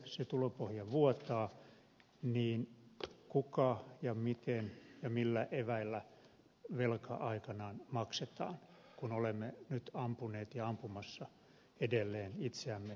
kun tulopohja vuotaa niin kuka ja miten ja millä eväillä velan aikanaan maksaa kun olemme nyt ampuneet ja ampumassa edelleen itseämme polveen